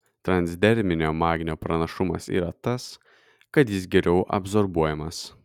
transderminio magnio pranašumas yra tas kad jis geriau absorbuojamas